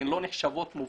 הן לא נחשבות מובטלות.